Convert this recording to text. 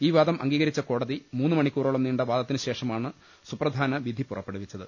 ഈ വാദം അംഗീകരിച്ച കോടതി മൂന്ന് മണിക്കൂറോളം നീണ്ട വാദത്തിനുശേഷ മാണ് സുപ്രധാന വിധി പുറപ്പെടുവിച്ചത്